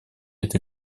этой